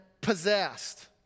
possessed